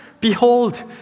behold